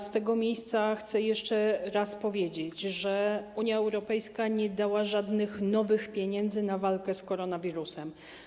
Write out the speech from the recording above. Z tego miejsca chcę jeszcze raz powiedzieć, że Unia Europejska nie dała żadnych nowych pieniędzy na walkę z koronawirusem.